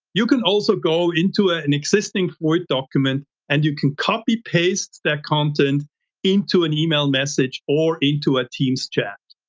you can also go into ah an existing fluid document and you can copy paste that content into an e-mail message or into a teams chat.